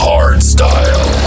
Hardstyle